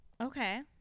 Okay